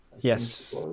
Yes